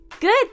Good